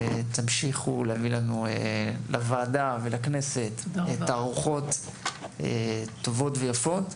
תמשיכו להביא לוועדה ולכנסת תערוכות טובות ויפות.